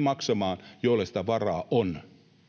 maksamaan ne, joilla sitä varaa on,